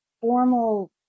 formal